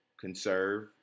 conserve